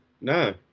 no